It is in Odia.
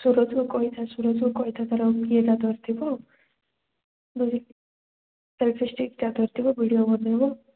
ସୂରଜକୁ କହିଥା ସୂରଜକୁ କହିଥା ତା'ର ଇଏଟା ଧରିଥିବ ବୋଲି ସେଲ୍ଫି ଷ୍ଟିକ୍ଟା ଧରିଥିବ ଭିଡ଼ିଓ ବନାଇବ